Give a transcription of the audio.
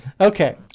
okay